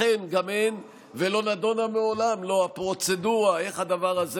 לכן גם אין ולא נדונו מעולם לא הפרוצדורה איך הדבר הזה